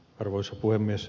arvoisa puhemies